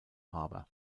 harbor